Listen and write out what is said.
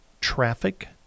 traffic